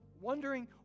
Wondering